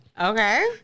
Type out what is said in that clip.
Okay